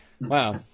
Wow